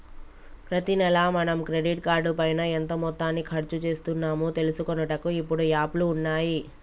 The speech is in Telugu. ప్రతి నెల మనం క్రెడిట్ కార్డు పైన ఎంత మొత్తాన్ని ఖర్చు చేస్తున్నాము తెలుసుకొనుటకు ఇప్పుడు యాప్లు ఉన్నాయి